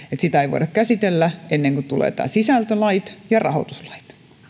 lakia ei voida käsitellä ennen kuin tulevat nämä sisältölait ja rahoituslait